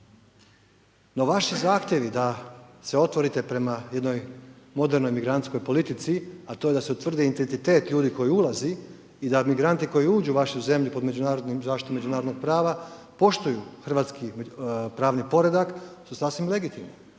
No, vaši zahtjevi da se otvorite prema jednoj modernoj migrantskoj politici, a to je da se utvrdi identitet ljudi koji ulazi, i da migranti koji uđu u vašu zemlju pod zaštitom međunarodnog prava, poštuju hrvatski pravni poredak, su sasvim legitimni,